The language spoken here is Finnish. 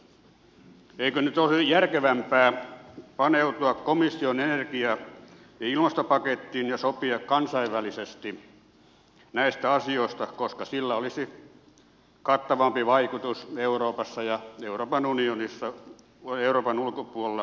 eikö nyt olisi järkevämpää paneutua komission energia ja ilmastopakettiin ja sopia kansainvälisesti näistä asioista koska sillä olisi kattavampi vaikutus euroopassa ja euroopan unionissa ja euroopan ulkopuolella oleviin maihin